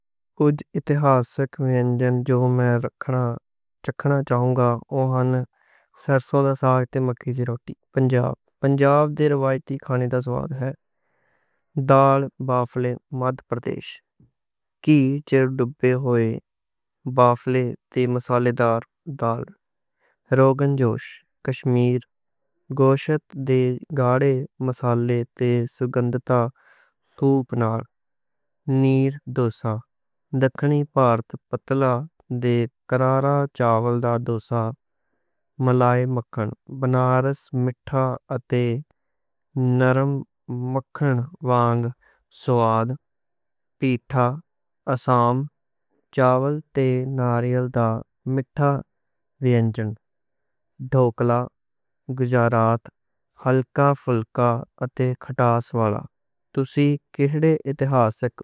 اُج اتہاسک ونجن جو میں چکنا چاہوں گا اوہن سرسوں دا ساگ تے مکّی دی روٹی پنجاب دے روایتی کھانے دا سواد ہے۔ ڈال بافلے مدھ پردیش کے۔ مسالے دار روغن جوش کشمیر، گوشت دے گاڑھے مسالے تے۔ ڈوسا دکنی پرٹھا دے کرارا۔ چاول دا ڈوسا، ملائی مکّھن، بنارس مٹھا اتے نرم مکّھن۔ پیٹھا آسام، چاول تے ناریئل دی مٹھا ونجن۔ ڈھوکلا گجرات، ہلکا پھلکا اتے کھٹا والا۔